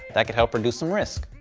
that could help reduce some risk.